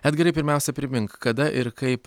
edgarai pirmiausia primink kada ir kaip